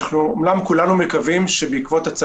לא הולכים להפוך את זה למשהו.